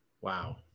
Wow